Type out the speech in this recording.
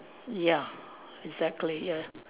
ya exactly ya